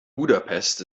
budapest